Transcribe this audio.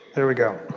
here we go